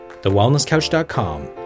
TheWellnessCouch.com